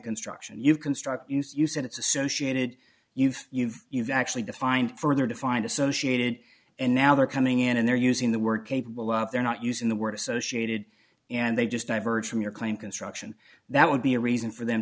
construction you construct use you said it's associated you've you've you've actually defined further defined associated and now they're coming in and they're using the word capable out there not using the word associated and they just diverged from your claim construct and that would be a reason for them